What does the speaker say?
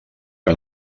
que